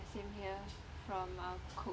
same here from our coke